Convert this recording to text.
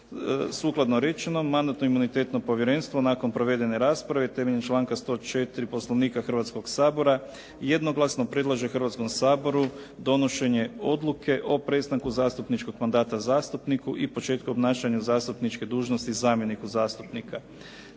Sukladno rečenom Mandatno-imunitetno povjerenstvo nakon provedene rasprave temeljem članka 104. Poslovnika Hrvatskoga sabora jednoglasno predlaže Hrvatskom saboru donošenje Odluke o prestanku zastupničkog mandata zastupniku i početku obnašanja zastupničke dužnosti zamjeniku zastupnika.